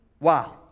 Wow